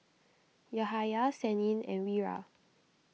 Yahaya Senin and Wira